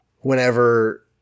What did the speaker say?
whenever